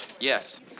Yes